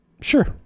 Sure